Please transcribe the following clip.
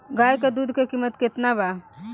गाय के दूध के कीमत केतना बा?